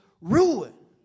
ruin